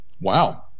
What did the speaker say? Wow